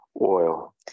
oil